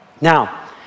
Now